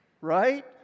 Right